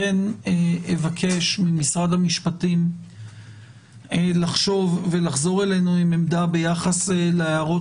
אבקש ממשרד המשפטים לחשוב ולחזור אלינו עם עמדה ביחס להערות